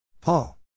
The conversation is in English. Paul